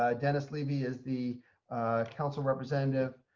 ah dennis levy, is the council representative.